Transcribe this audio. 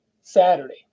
Saturday